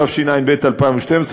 התשע"ב 2012,